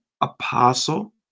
apostle